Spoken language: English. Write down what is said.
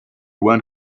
one